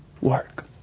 work